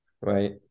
Right